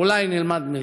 אולי נלמד מזה.